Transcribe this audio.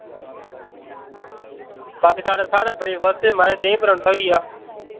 बाकी साढ़ै साढ़ै ब्रेकफास्ट च माराज देहीं परोंठा होइया